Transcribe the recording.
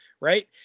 right